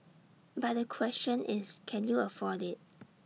but the question is can you afford IT